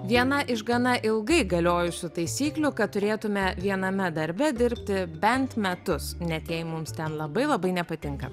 viena iš gana ilgai galiojusių taisyklių kad turėtume viename darbe dirbti bent metus net jei mums ten labai labai nepatinka